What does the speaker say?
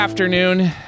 Afternoon